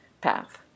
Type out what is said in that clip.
path